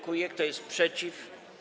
Kto jest przeciw?